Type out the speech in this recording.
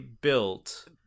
built